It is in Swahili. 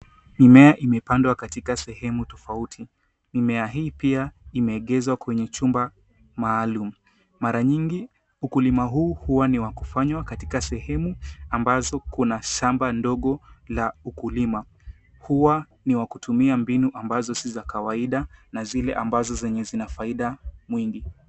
Mimea imepandwa katika sehemu tofauti. Mimea hii pia imeegeshwa kwenye chumba maalum .Mara nyingi ukulima huu huwa ni wa kufanywa kwenye sehemu ambazo kuna shamba ndogo la ukulima. Huwa ni wa kutumia mbinu ambazo si za kawaida na zile ambazo zina faida.